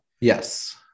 yes